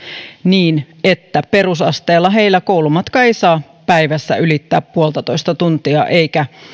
niin että heillä ei perusasteella koulumatka saa päivässä ylittää yhtä pilkku viittä tuntia eikä